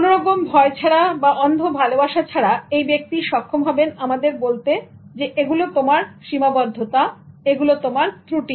কোনরকম ভয় ছাড়া বা অন্ধ ভালোবাসা ছাড়া এই ব্যক্তি সক্ষম হবেন আমাদের বলতে এগুলো তোমার সীমাবদ্ধতা এগুলো তোমার ত্রুটি